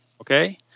Okay